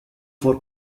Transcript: for